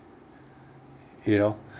you know